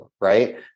right